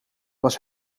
was